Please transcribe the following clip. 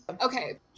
okay